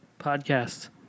Podcast